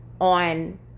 on